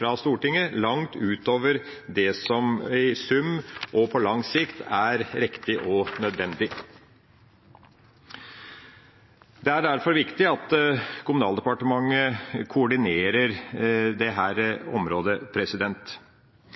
fra Stortinget langt utover det som i sum og på lang sikt er riktig og nødvendig. Det er derfor viktig at Kommunaldepartementet koordinerer dette området. Et annet område er gjeld, og det